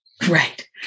Right